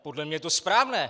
Podle mě je to správné.